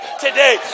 today